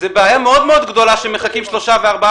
זו בעיה גדולה מאוד שמחכים שלושה וארבעה